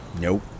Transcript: nope